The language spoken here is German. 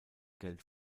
geld